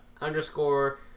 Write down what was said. underscore